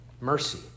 mercy